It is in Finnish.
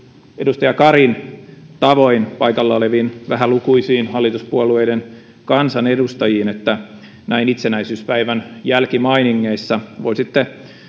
edustaja karin tavoin paikalla oleviin vähälukuisiin hallituspuolueiden kansanedustajiin että näin itsenäisyyspäivän jälkimainingeissa voisitte